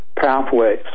pathways